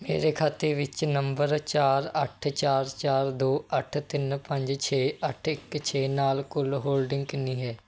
ਮੇਰੇ ਖਾਤੇ ਵਿੱਚ ਨੰਬਰ ਚਾਰ ਅੱਠ ਚਾਰ ਚਾਰ ਦੋ ਅੱਠ ਤਿੰਨ ਪੰਜ ਛੇ ਅੱਠ ਇੱਕ ਛੇ ਨਾਲ ਕੁੱਲ ਹੋਲਡਿੰਗ ਕਿੰਨੀ ਹੈ